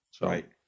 Right